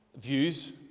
views